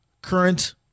Current